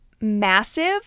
massive